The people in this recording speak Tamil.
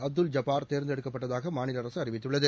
அப்துல் ஜப்பார் தேர்ந்தெடுக்கப்பட்டதாக மாநில அரசு அறிவித்துள்ளது